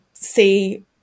See